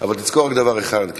אבל תזכור רק דבר אחד: